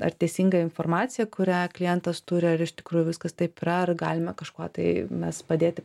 ar teisinga informacija kurią klientas turi ar iš tikrųjų viskas taip yra ar galime kažkuo tai mes padėti